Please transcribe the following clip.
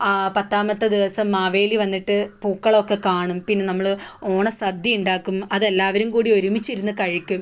പത്താമത്തെ ദിവസം മാവേലി വന്നിട്ട് പൂക്കളമൊക്കെ കാണും പിന്നെ നമ്മൾ ഓണസദ്യ ഉണ്ടാക്കും അത് എല്ലാവരും കൂടി ഒരുമിച്ചിരുന്ന് കഴിക്കും